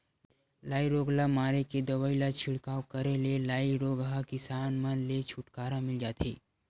लाई रोग ल मारे के दवई ल छिड़काव करे ले लाई रोग ह किसान मन ले छुटकारा मिल जथे